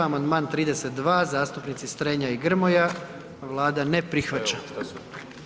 Amandman 32. zastupnici Strenja i Grmoja, Vlada ne prihvaća.